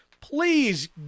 Please